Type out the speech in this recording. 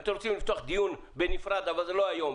אם אתם רוצים לפתוח דיון בנפרד, זה לא היום.